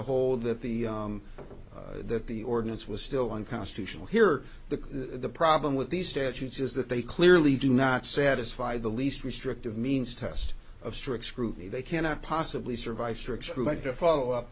hold that the that the ordinance was still unconstitutional here the the problem with these statutes is that they clearly do not satisfy the least restrictive means test of strict scrutiny they cannot possibly survive